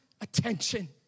attention